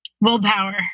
willpower